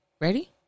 ready